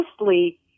mostly